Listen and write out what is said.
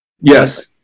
Yes